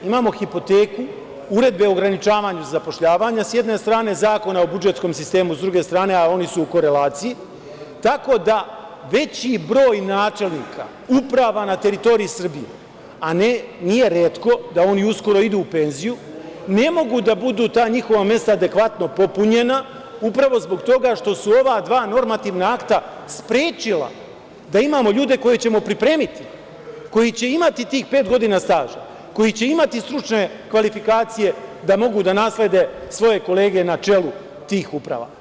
Imamo hipoteku, uredbe o ograničavanju zapošljavanja, s jedne strane, Zakona o budžetskom sistemu, s druge strane, a oni su u korelaciji, tako da veći broj načelnika uprava na teritoriji Srbiji, a nije retko da oni uskoro idu u penziju, ne mogu da budu ta njihova mesta adekvatno popunjena upravo zbog toga što su ova dva normativna akta sprečila da imamo ljude koje ćemo pripremiti, koji će imati tih pet godina staža, koji će imati stručne kvalifikacije da mogu da naslede svoje kolege na čelu tih uprava.